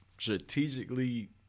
Strategically